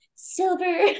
silver